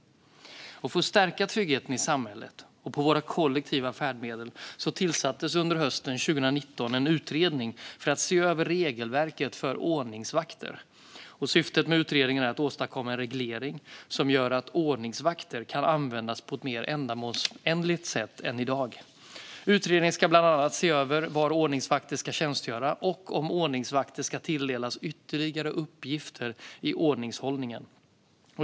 För att stärka tryggheten i samhället och på våra kollektiva färdmedel tillsattes under hösten 2019 en utredning för att se över regelverket för ordningsvakter. Syftet med utredningen är att åstadkomma en reglering som gör att ordningsvakter kan användas på ett mer ändamålsenligt sätt än i dag. Utredningen ska bland annat se över var ordningsvakter ska tjänstgöra och om ordningsvakter ska tilldelas ytterligare uppgifter i ordningshållningen.